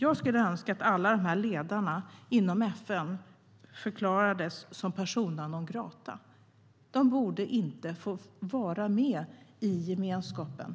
Jag skulle önska att alla de här ledarna inom FN förklarades som persona non grata. De borde inte få vara med i gemenskapen.